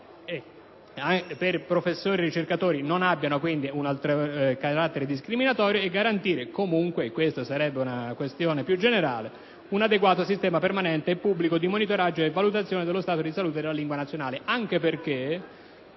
per dottorandi, ricercatori o professori non abbiano carattere discriminatorio; a garantire comunque - questa sarebbe una questione più generale - un adeguato sistema permanente e pubblico di monitoraggio e di valutazione dello stato di salute della lingua nazionale. Questo, anche perché